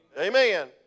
Amen